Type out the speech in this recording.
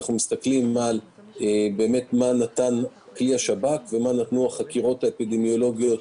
אנחנו מסתכלים מה נתן כלי השב"כ ומה נתנו החקירות האפידמיולוגיות